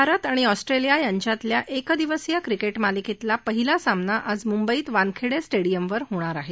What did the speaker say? भारत आणि ऑस्ट्रेलिया यांच्यातल्या एकदिवसीय क्रिकेट मालिकेतला पहिला सामना आज मुंबईत वानखेडे स्टेडिअमवर होणार आहे